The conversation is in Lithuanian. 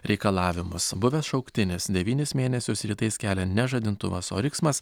reikalavimas buvęs šauktinis devynis mėnesius rytais kelia ne žadintuvas o riksmas